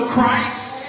Christ